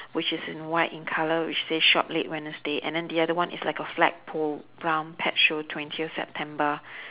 which is in white in colour which says shop late wednesday and then the other one is like a flagpole brown pet show twentieth september